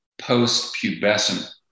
post-pubescent